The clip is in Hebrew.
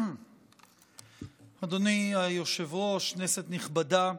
אדוני היושב-ראש, כנסת נכבדה,